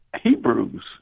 Hebrews